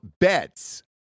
beds